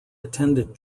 attended